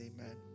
amen